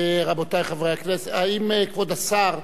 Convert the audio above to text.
רבותי חברי הכנסת, כבוד השר,